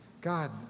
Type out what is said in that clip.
God